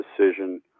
decision